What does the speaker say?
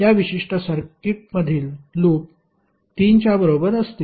त्या विशिष्ट सर्किटमधील लूप 3 च्या बरोबर असतील